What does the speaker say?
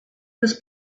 was